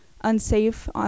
unsafe